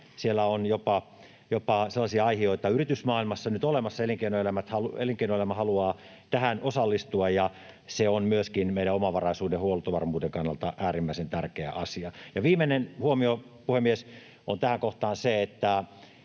siellä on jopa sellaisia aihioita yritysmaailmassa nyt olemassa, eli elinkeinoelämä haluaa tähän osallistua, ja se on myöskin meidän omavaraisuuden ja huoltovarmuuden kannalta äärimmäisen tärkeä asia. Viimeinen huomio, puhemies, tähän kohtaan on